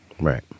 Right